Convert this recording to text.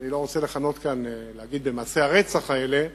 אני לא רוצה להגיד "במעשי הרצח" האלה.